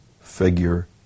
figure